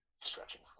stretching